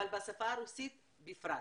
אבל בשפה הרוסית בפרט.